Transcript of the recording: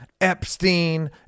Epstein